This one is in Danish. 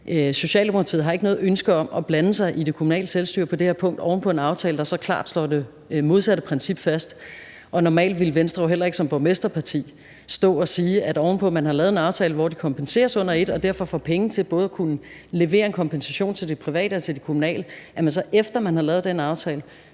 Socialdemokratiet har ikke noget ønske om at blande sig i det kommunale selvstyre på det her punkt oven på en aftale, der så klart slår det modsatte princip fast. Normalt ville Venstre jo heller ikke som borgmesterparti stå og sige, at man, oven på at man har lavet en aftale, hvor de kompenseres under et og derfor får penge til både at kunne levere en kompensation til de private og til de kommunale institutioner, går ind og blander